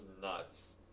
nuts